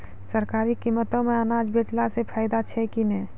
सरकारी कीमतों मे अनाज बेचला से फायदा छै कि नैय?